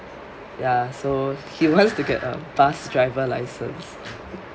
ya so he wants to get a bus driver licence